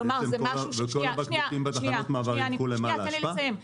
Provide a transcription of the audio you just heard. כלומר זה משהו ----- שנייה, תן לי לסיים.